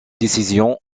décision